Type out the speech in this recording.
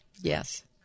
Yes